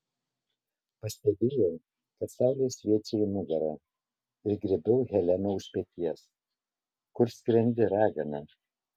pastebėjau kad saulė šviečia į nugarą ir griebiau heleną už peties kur skrendi ragana